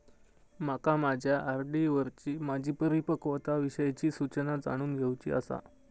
माका माझ्या आर.डी वरची माझी परिपक्वता विषयची सूचना जाणून घेवुची आसा